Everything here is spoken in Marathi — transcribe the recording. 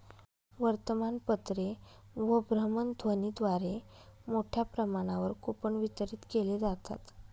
वर्तमानपत्रे व भ्रमणध्वनीद्वारे मोठ्या प्रमाणावर कूपन वितरित केले जातात